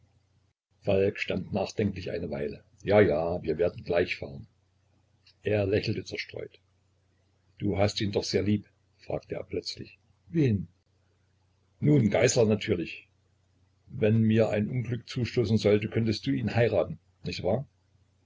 falk stand nachdenklich eine weile ja ja wir werden gleich fahren er lächelte zerstreut du hast ihn doch sehr lieb fragte er plötzlich wen nun geißler natürlich wenn mir ein unglück zustoßen sollte könntest du ihn heiraten nicht wahr